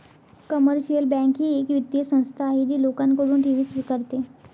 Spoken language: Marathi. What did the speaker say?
कमर्शियल बँक ही एक वित्तीय संस्था आहे जी लोकांकडून ठेवी स्वीकारते